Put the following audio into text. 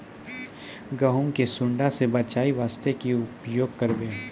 गहूम के सुंडा से बचाई वास्ते की उपाय करबै?